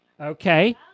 Okay